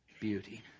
beauty